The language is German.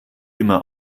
immer